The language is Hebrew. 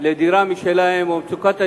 לדירה משלהם ולמצוקת הדיור.